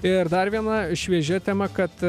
ir dar viena šviežia tema kad